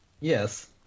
Yes